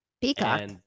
Peacock